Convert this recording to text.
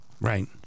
right